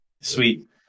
Sweet